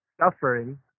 suffering